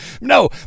no